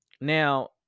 Now